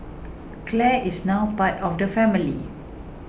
Clare is now part of the family